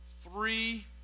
three